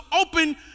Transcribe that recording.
open